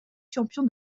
champion